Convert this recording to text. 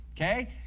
okay